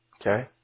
Okay